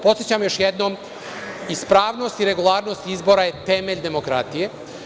Podsećam još jednom, ispravnost i regularnost izbora je temelj demokratije.